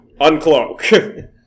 Uncloak